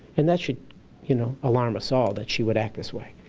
and that should you know alarm us all that she would act this way.